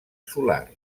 solar